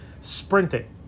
sprinting